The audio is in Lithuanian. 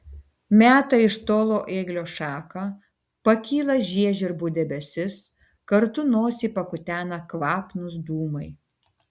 meta iš tolo ėglio šaką pakyla žiežirbų debesis kartu nosį pakutena kvapnūs dūmai